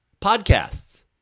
podcasts